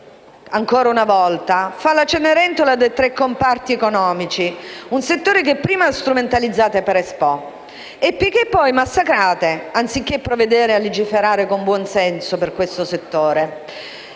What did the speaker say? L'agricoltura ancora una volta fa la Cenerentola dei tre comparti economici, un settore che prima strumentalizzate per Expo e che poi massacrate anziché provvedere a legiferare con buonsenso per questo settore.